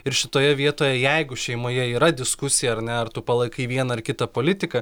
ir šitoje vietoje jeigu šeimoje yra diskusija ar ne ar tu palaikai vieną ar kitą politiką